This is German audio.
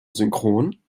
synchron